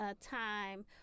time